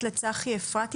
צחי אפרתי,